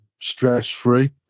stress-free